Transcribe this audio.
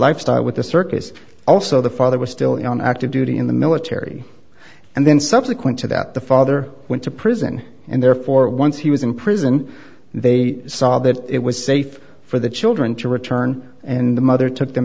lifestyle with the circus also the father was still on active duty in the military and then subsequent to that the father went to prison and therefore once he was in prison they saw that it was safe for the children to return and the mother took them